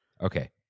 Okay